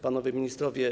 Panowie Ministrowie!